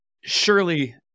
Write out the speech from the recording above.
surely